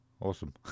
awesome